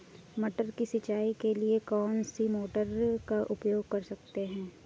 मटर की सिंचाई के लिए कौन सी मोटर का उपयोग कर सकते हैं?